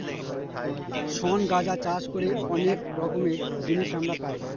শন গাঁজা চাষ করে অনেক রকমের জিনিস আমরা পাই